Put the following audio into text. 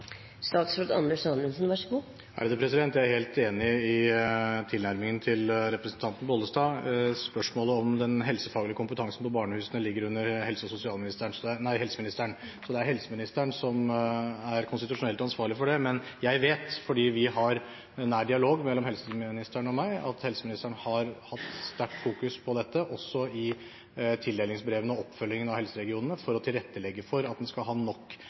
Jeg er helt enig i tilnærmingen til representanten Bollestad. Spørsmålet om den helsefaglige kompetansen på barnehusene ligger under helseministeren, så det er helseministeren som er konstitusjonelt ansvarlig for det. Men jeg vet, fordi det er nær dialog mellom helseministeren og meg, at helseministeren har fokusert sterkt på dette, også i tildelingsbrevene og oppfølgingen av helseregionene, for å tilrettelegge for at en skal ha nok